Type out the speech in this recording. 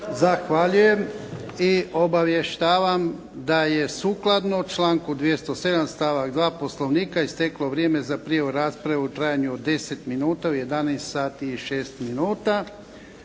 Zahvaljujem. Obavještavam da je sukladno članku 207. stavak 2. Poslovnika isteklo vrijeme za prijavu rasprave u trajanju od deset minuta u 11 sati i 6 minuta,